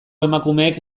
emakumeek